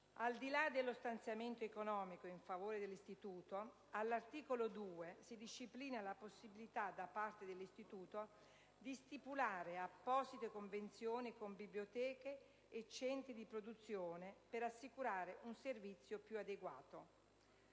Al di là dello stanziamento economico in favore dell'istituto, all'articolo 2 si disciplina la possibilità da parte dell'istituto di stipulare apposite convenzioni con biblioteche e centri di produzione, per assicurare un servizio più adeguato.